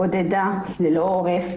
בודדה, ללא עורף,